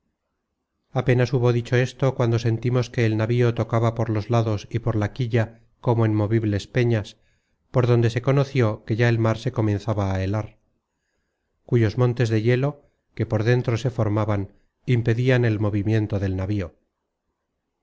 apenas hubo dicho esto cuando sentimos que el navío tocaba por los lados y por la quilla como en movibles peñas por donde se conoció que ya el mar se comenzaba á helar cuyos montes de hielo que por dentro se formaban impedian el movimiento del navío